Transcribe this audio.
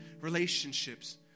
relationships